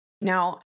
Now